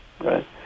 right